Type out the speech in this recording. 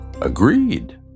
agreed